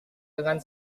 dengan